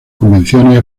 convenciones